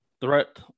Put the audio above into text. threat